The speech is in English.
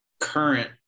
current